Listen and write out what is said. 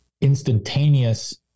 instantaneous